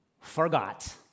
forgot